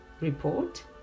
report